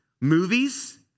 Movies